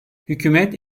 hükümet